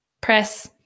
press